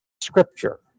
Scripture